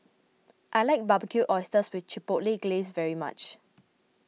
I like Barbecued Oysters with Chipotle Glaze very much